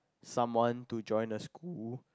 someone to join a school